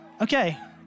Okay